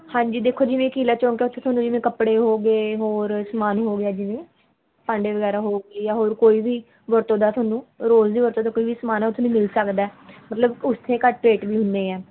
ਹਾਂਜੀ ਦੇਖੋ ਜਿਵੇਂ ਕਿਲਾ ਚੌਂਕ ਆ ਉਹ 'ਚ ਤੁਹਾਨੂੰ ਜਿਵੇਂ ਕੱਪੜੇ ਹੋ ਗਏ ਹੋਰ ਸਮਾਨ ਹੋ ਗਿਆ ਜਿਵੇਂ ਭਾਂਡੇ ਵਗੈਰਾ ਹੋ ਗਏ ਜਾਂ ਹੋਰ ਕੋਈ ਵੀ ਵਰਤੋਂ ਦਾ ਤੁਹਾਨੂੰ ਰੋਜ਼ ਦੀ ਵਰਤੋਂ ਦਾ ਕੋਈ ਵੀ ਸਮਾਨ ਹੈ ਉਹ ਉੱਥੋਂ ਦੀ ਮਿਲ ਸਕਦਾ ਮਤਲਬ ਉੱਥੇ ਘੱਟ ਰੇਟ ਵੀ ਹੁੰਦੇ ਆ